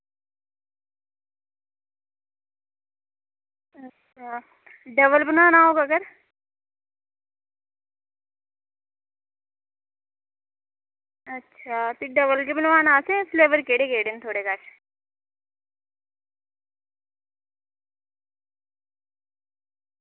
अच्छा डबल बनाना होग अगर अच्छा ते डबल गै बनोआना असें फ्लेवर केह्ड़े केह्ड़े न थुआढ़े कश